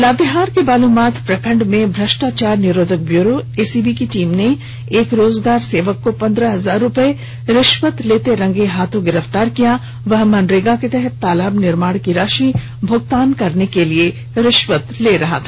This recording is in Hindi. लातेहार के बालूमाथ प्रखंड में भ्रष्टाचार निरोधक ब्यूरो एसीबी की टीम ने एक रोजगार सेवक को पन्द्रह हजार रुपए रिश्वत लेते रंगेहाथ गिरफ्तार कर लिया वह मनरेगा के तहत तालाब निर्माण की राशि भुगतान करने के लिए रिश्वत ले रहा था